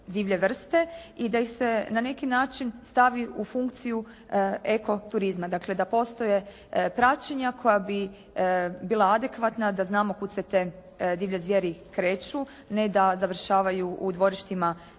i da ih se na neki način stavi u funkciju eko turizma. Dakle da postoje praćenja koja bi bila adekvatna, a da znamo kuda se te divlje zvijeri kreću, ne da završavaju u dvorištima ljudi